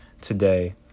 today